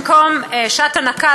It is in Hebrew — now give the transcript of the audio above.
במקום שעת הנקה,